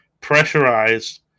pressurized